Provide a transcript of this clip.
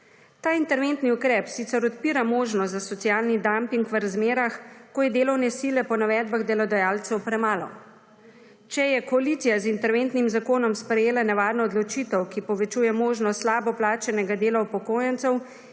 Ta interventni ukrep sicer odpira možnost za socialni dumping v razmerah, ko je delovne sile po navedbah delodajalcev premalo. Če je koalicija z interventnim zakonom sprejela nevarno odločitev, ki povečuje možnost slabo plačanega dela upokojencev,